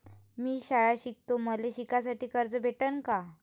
मी शाळा शिकतो, मले शिकासाठी कर्ज भेटन का?